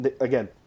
Again